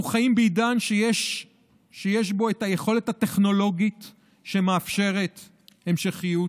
אנחנו חיים בעידן שיש בו את היכולת הטכנולוגית שמאפשרת המשכיות,